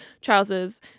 trousers